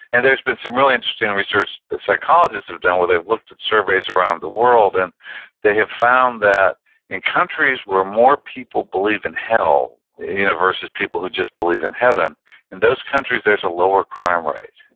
and there's been some really interesting research that psychologists have done where they've looked at surveys around the world, and they have found that in countries where more people believe in hell you know versus people who just believe in heaven, in those countries there's a lower crime rate